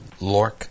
Lork